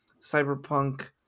cyberpunk